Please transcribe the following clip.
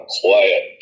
quiet